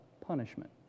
punishment